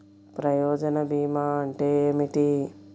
ప్రయోజన భీమా అంటే ఏమిటి?